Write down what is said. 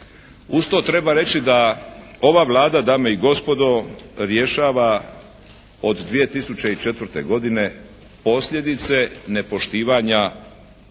Uz to treba reći da ova Vlada dame i gospodo, rješava od 2004. godine posljedice nepoštivanja